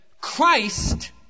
Christ